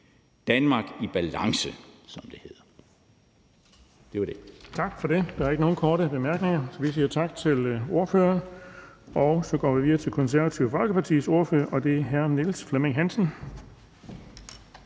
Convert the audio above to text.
Den fg. formand (Erling Bonnesen): Tak for det. Der er ikke nogen korte bemærkninger. Vi siger tak til ordføreren. Så går vi videre til Det Konservative Folkepartis ordfører, og det er hr. Niels Flemming Hansen.